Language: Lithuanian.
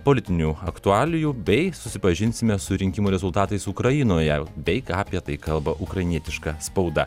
politinių aktualijų bei susipažinsime su rinkimų rezultatais ukrainoje bei ką apie tai kalba ukrainietiška spauda